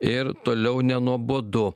ir toliau nenuobodu